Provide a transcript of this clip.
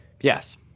Yes